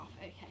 okay